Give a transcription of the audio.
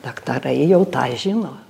daktarai jau tą žino